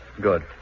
Good